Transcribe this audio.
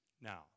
now